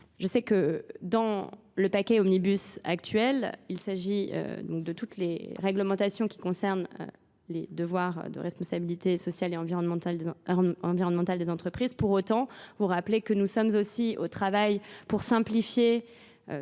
Je sais que dans le paquet Omnibus actuel, il s'agit de toutes les réglementations qui concernent les devoirs de responsabilité sociale et environnementale des entreprises. Pour autant, Vous rappelez que nous sommes aussi au travail pour simplifier